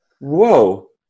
whoa